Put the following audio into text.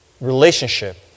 relationship